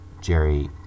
Jerry